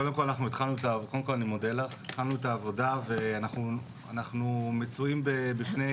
התחלנו את העבודה ואנחנו מצויים בפני